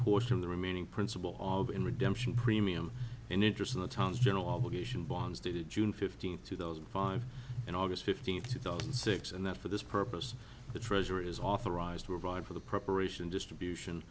portion of the remaining principal of in redemption premium in interest of the town's general obligation bonds dated june fifteenth two thousand and five and august fifteenth two thousand and six and that for this purpose the treasurer is authorized to revive for the preparation distribution